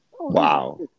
Wow